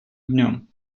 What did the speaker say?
днем